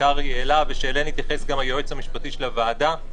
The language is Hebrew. קרעי ושאליהן התייחס גם היועץ המשפטי של הוועדה.